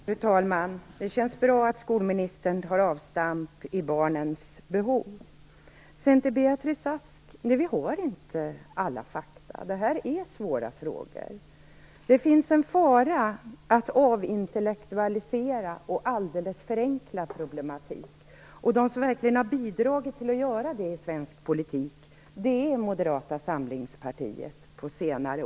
Fru talman! Det känns bra att skolministern tar avstamp i barns behov. Till Beatrice Ask vill jag säga: Nej, vi har inte alla fakta. Det här är svåra frågor. Det finns en fara i att avintellektualisera och alldeles förenkla problematiken. Det parti som verkligen har bidragit till att göra det i svensk politik under senare år är Moderata samlingspartiet.